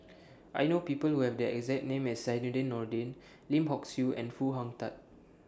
I know People Who Have The exact name as Zainudin Nordin Lim Hock Siew and Foo Hong Tatt